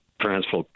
transfer